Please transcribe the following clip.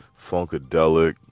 funkadelic